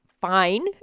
fine